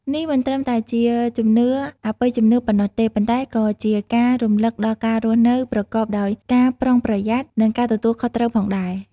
នេះមិនត្រឹមតែជាជំនឿអបិយជំនឿប៉ុណ្ណោះទេ ប៉ុន្តែក៏ជាការរំលឹកដល់ការរស់នៅប្រកបដោយការប្រុងប្រយ័ត្ន និងការទទួលខុសត្រូវផងដែរ ។